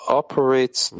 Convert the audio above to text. operates